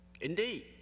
Indeed